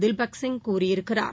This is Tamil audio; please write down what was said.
திவ்பக் சிங் கூறியிருக்கிறார்